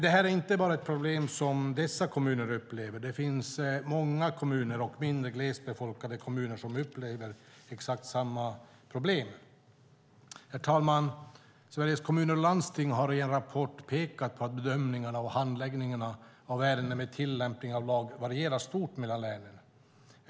Detta är dock inte bara ett problem dessa kommuner upplever; det finns många mindre, glesbefolkade kommuner som upplever exakt samma problem. Herr talman! Sveriges Kommuner och Landsting har i en rapport pekat på att bedömningarna och handläggningarna av ärenden med tillämpning av lagen varierar stort mellan länen.